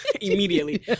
Immediately